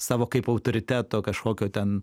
savo kaip autoriteto kažkokio ten